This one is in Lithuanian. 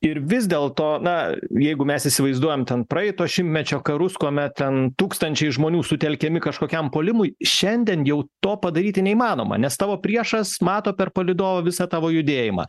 ir vis dėl to na jeigu mes įsivaizduojam ten praeito šimtmečio karus kuomet ten tūkstančiai žmonių sutelkiami kažkokiam puolimui šiandien jau to padaryti neįmanoma nes tavo priešas mato per palydovą visą tavo judėjimą